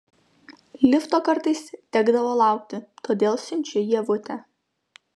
lifto kartais tekdavo laukti todėl siunčiu ievutę